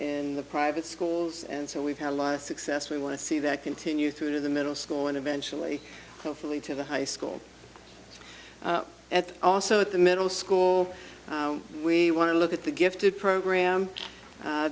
in the private schools and so we've had a lot of success we want to see that continue through the middle school and eventually hopefully to the high school at also at the middle school we want to look at the gifted program